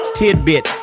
tidbit